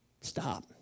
stop